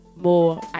more